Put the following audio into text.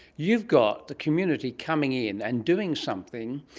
you've got the community coming in and doing something,